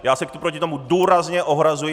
Já se proti tomu důrazně ohrazuji!